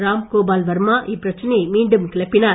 ராம்கோபால் வர்மா இப்பிரச்சனையை மீண்டும் கிளப்பினார்